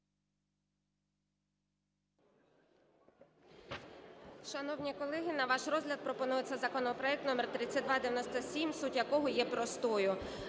Дякую.